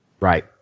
Right